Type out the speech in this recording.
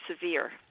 severe